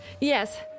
Yes